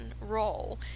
role